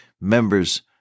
members